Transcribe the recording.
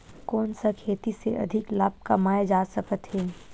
कोन सा खेती से अधिक लाभ कमाय जा सकत हे?